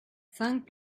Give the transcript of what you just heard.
cinq